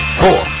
four